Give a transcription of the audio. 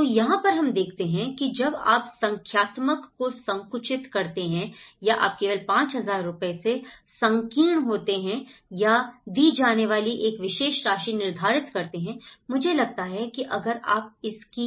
तो यहां पर हम देखते हैं कि जब आप संख्यात्मक को संकुचित करते हैं या आप केवल 5000 रुपये में संकीर्ण होते हैं या दी जाने वाली एक विशेष राशि निर्धारित करते हैं मुझे लगता है कि अगर आप इसकी